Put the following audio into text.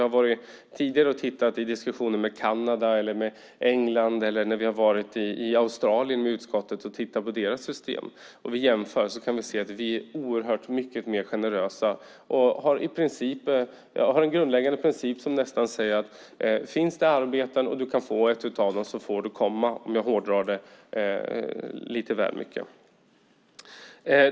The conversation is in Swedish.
När vi i utskottet har besökt Kanada, England och Australien och tittat på deras system och jämfört med vårt har vi kunnat se att vi är oerhört mycket mer generösa och har en grundläggande princip som nästan innebär, om jag hårdrar det, att om det finns arbete och man kan få ett får man komma.